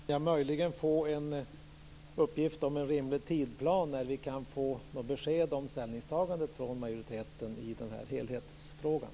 Fru talman! Kan jag möjligen få en uppgift om en rimlig tidsplan? När kan vi få ett besked om ställningstagandet från majoriteten i den här helhetsfrågan?